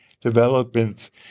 developments